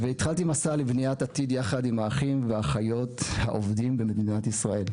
והתחלתי מסע לבניית עתיד יחד עם האחים והאחיות העובדים במדינת ישראל.